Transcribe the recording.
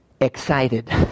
excited